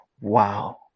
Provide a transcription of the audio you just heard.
Wow